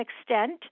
extent